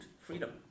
freedom